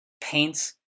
paints